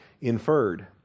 inferred